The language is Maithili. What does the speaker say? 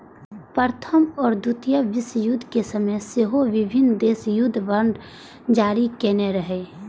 प्रथम आ द्वितीय विश्वयुद्ध के समय सेहो विभिन्न देश युद्ध बांड जारी केने रहै